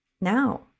now